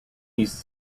uses